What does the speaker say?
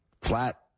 flat